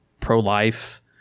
pro-life